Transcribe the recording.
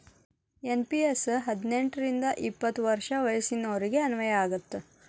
NPS ಹದಿನೆಂಟ್ ರಿಂದ ಎಪ್ಪತ್ ವರ್ಷ ವಯಸ್ಸಿನೋರಿಗೆ ಅನ್ವಯ ಆಗತ್ತ